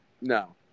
No